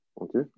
Okay